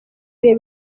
bihe